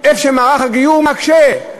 במקום שמערך הגיור מקשה.